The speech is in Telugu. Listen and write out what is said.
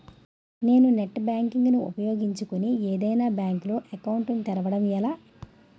నేను నెట్ బ్యాంకింగ్ ను ఉపయోగించుకుని ఏదైనా బ్యాంక్ లో అకౌంట్ తెరవడం ఎలా?